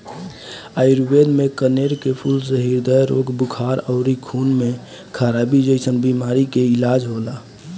आयुर्वेद में कनेर के फूल से ह्रदय रोग, बुखार अउरी खून में खराबी जइसन बीमारी के इलाज होला